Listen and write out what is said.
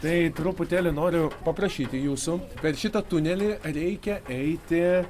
tai truputėlį noriu paprašyti jūsų per šitą tunelį reikia eiti